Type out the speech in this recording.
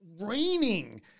raining